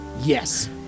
Yes